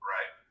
Right